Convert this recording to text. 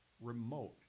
remote